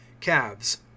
calves